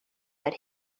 that